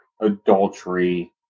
adultery